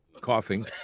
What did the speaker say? coughing